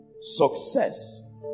Success